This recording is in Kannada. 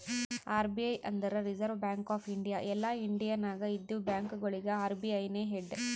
ಆರ್.ಬಿ.ಐ ಅಂದುರ್ ರಿಸರ್ವ್ ಬ್ಯಾಂಕ್ ಆಫ್ ಇಂಡಿಯಾ ಎಲ್ಲಾ ಇಂಡಿಯಾ ನಾಗ್ ಇದ್ದಿವ ಬ್ಯಾಂಕ್ಗೊಳಿಗ ಅರ್.ಬಿ.ಐ ನೇ ಹೆಡ್